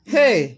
Hey